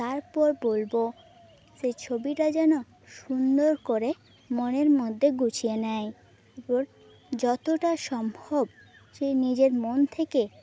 তারপর বলবো সে ছবিটা যেন সুন্দর করে মনের মধ্যে গুছিয়ে নেয় যতটা সম্ভব সে নিজের মন থেকে